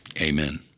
Amen